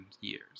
years